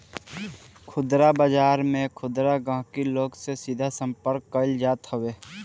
खुदरा बाजार में खुदरा गहकी लोग से सीधा संपर्क कईल जात हवे